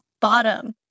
bottom